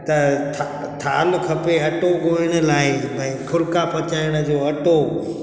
त थाल खपे अटो गोइण लाइ भाई फुल्का पचाइण जो अटो